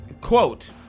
Quote